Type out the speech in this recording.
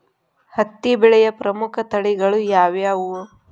ಹತ್ತಿ ಬೆಳೆಯ ಪ್ರಮುಖ ತಳಿಗಳು ಯಾವ್ಯಾವು?